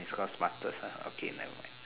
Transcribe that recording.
it's cause smartest ah okay nevermind